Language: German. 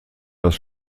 das